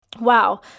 wow